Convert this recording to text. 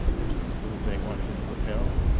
which is this little thing on his lapel.